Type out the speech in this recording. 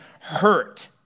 hurt